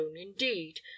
indeed